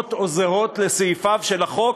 דומות או זהות לסעיפיו של החוק,